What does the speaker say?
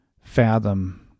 fathom